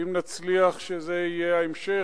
ואם נצליח שזה יהיה ההמשך,